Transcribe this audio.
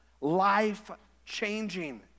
life-changing